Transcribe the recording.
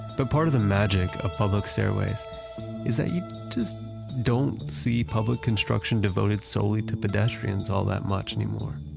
but part of the magic of public stairways is that you just don't see public construction devoted solely to pedestrians all that much anymore.